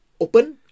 Open